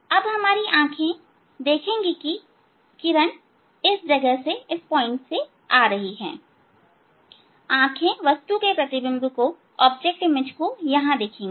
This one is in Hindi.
अब हमारी आंखें देखेंगे कि किरणें इस जगह से आ रही हैं आंखें वस्तु के प्रतिबिंब को यहां देखेंगी